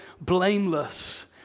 blameless